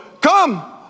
come